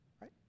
Right